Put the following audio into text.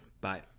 Bye